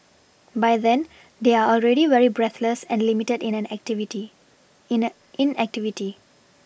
by then they are already very breathless and limited in activity